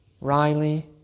Riley